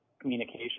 communication